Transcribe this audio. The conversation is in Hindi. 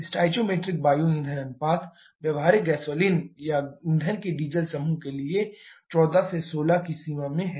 स्टोइकोमेट्रिक वायु ईंधन अनुपात व्यावहारिक गैसोलीन या ईंधन के डीजल समूह के लिए यह 14 से 16 की सीमा में है